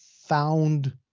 found